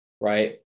right